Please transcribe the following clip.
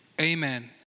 amen